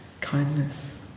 kindness